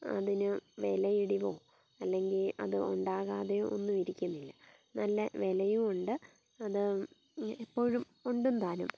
അതിന് വിലയിടിവും അല്ലെങ്കിൽ അത് ഉണ്ടാകാതെ ഒന്നും ഇരിക്കുന്നില്ല നല്ല വിലയും ഉണ്ട് അത് എപ്പോഴും ഉണ്ടും താനും